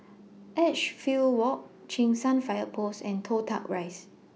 Edgefield Walk Cheng San Fire Post and Toh Tuck Rise